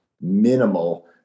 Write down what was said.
minimal